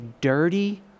dirty